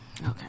Okay